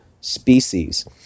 species